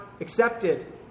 accepted